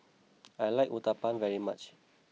I like Uthapam very much